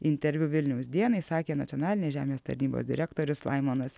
interviu vilniaus dienai sakė nacionalinės žemės tarnybos direktorius laimonas